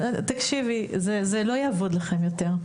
תקשיבי, זה לא יעבוד לכן יותר.